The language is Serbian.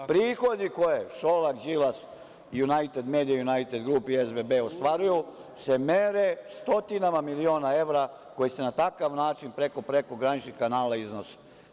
Prihodi koje Šolak, Đilas, „United Media“, „United Group“ i SBB ostvaruju se mere stotinama miliona evra, koji se na takav način preko prekograničnih kanala iznose.